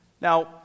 Now